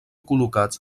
col·locats